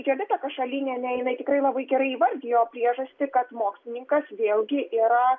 jovita kašalynienė jinai tikrai labai gerai įvardijo priežastį kad mokslininkas vėlgi yra